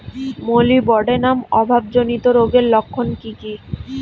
Molybdenum অভাবজনিত রোগের লক্ষণ কি কি?